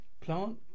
Plant